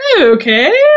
Okay